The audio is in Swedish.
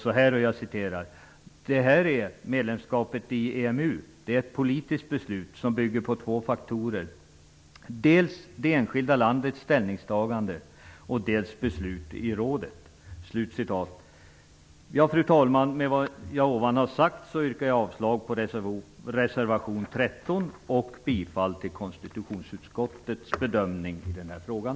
Solbes sade så här: Medlemskapet i EMU "är ett politiskt beslut som bygger på två faktorer: dels det enskilda landets ställningstagande, dels beslut i Europeiska rådet". Fru talman! Med det som jag har sagt yrkar jag avslag på reservation 13 och bifall till konstitutionsutskottets bedömning i den här frågan.